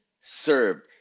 served